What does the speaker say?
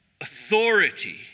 authority